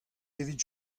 evit